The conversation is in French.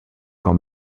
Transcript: quand